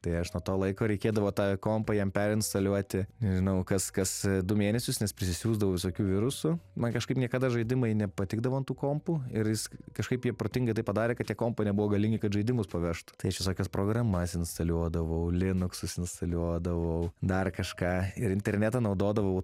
tai aš nuo to laiko reikėdavo tą kompą jam perinstaliuoti nežinau kas kas du mėnesius nes prisiųsdavau visokių virusų man kažkaip niekada žaidimai nepatikdavo ant tų kompų ir jis kažkaip jie protingai tai padarė kad tie kompai nebuvo galingi kad žaidimus pavežtų tai aš visokias programas instaliuodavau linuksus instaliuodavau dar kažką ir internetą naudodavau